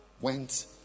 Went